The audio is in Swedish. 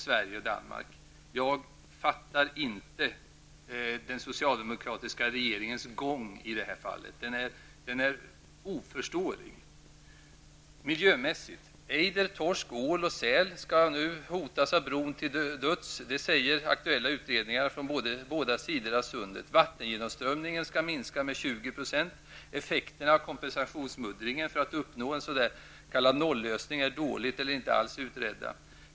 Jag förstår inte den socialdemokratiska regeringens gång i det här fallet. Den är oförståelig. Miljömässigt hotas ejder, torsk, ål och säl till döds av bron; det säger aktuella utredningar från båda sidor av sundet. Vattengenomströmningen minskar med 20%. Effekterna av kompensationsmuddringen för att uppnå en s.k. nollösning är dåligt eller inte alls utredda.